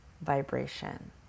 vibration